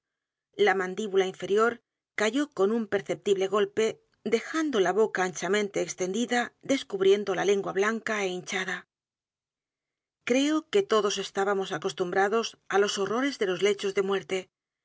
la mandíbula inferior cayó con un perceptible golpe dejando la boca anchamente extendida descubriendo la lengua blanca é hinchada creo que todos estábamos acostumbrados á los horrores de los lechos de muerte